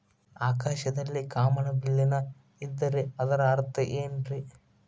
ಆಕಾಶದಲ್ಲಿ ಕಾಮನಬಿಲ್ಲಿನ ಇದ್ದರೆ ಅದರ ಅರ್ಥ ಏನ್ ರಿ?